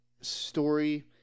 story